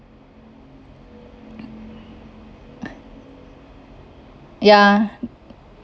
ya